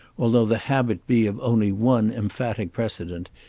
although the habit be of only one emphatic precedent,